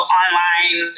online